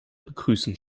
begrüßen